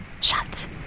Shut